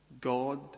God